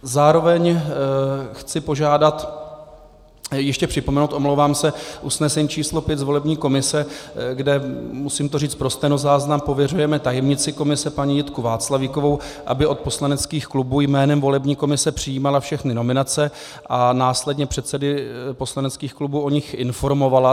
Zároveň chci požádat... připomenout, omlouvám se, usnesení č. 5 volební komise, kde musím to říci pro stenozáznam pověřujeme tajemnici komise paní Václavíkovou, aby od poslaneckých klubů jménem volební komise přijímala všechny nominace a následně předsedy poslaneckých klubů o nich informovala.